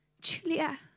Julia